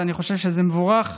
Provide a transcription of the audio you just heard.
ואני חושב שזה מבורך.